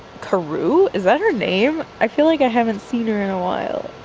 karou is that her name? i feel like i haven't seen her in a while.